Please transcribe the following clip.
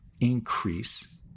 increase